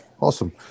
awesome